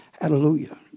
Hallelujah